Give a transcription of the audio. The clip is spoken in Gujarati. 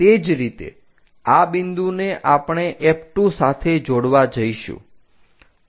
તે જ રીતે આ બિંદુને આપણે F2 સાથે જોડવા જઈશું